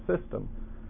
system